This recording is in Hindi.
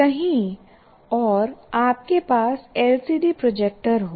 कहीं और आपके पास LCD प्रोजेक्टर हो